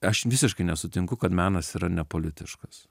aš visiškai nesutinku kad menas yra ne politiškas